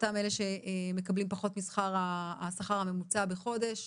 אותם אלה שמקבלים פחות מהשכר הממוצע בחודש.